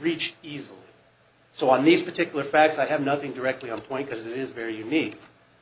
reach easily so on these particular facts that have nothing directly on point because it is very unique